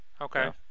Okay